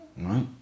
right